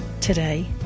today